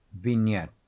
Vignette